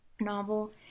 novel